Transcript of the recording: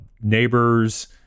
Neighbors